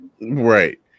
Right